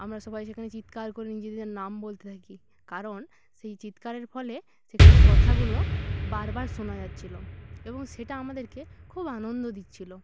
আমরা সেখানে সবাই চিৎকার করে নিজেদের নাম বলতে থাকি কারণ সেই চিৎকারের ফলে সেখানে কথাগুলো বারবার শোনা যাচ্ছিলো এবং সেটা আমাদেরকে খুব আনন্দ দিচ্ছিলো